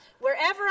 Wherever